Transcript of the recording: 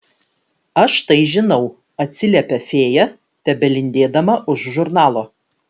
aš tai žinau atsiliepia fėja tebelindėdama už žurnalo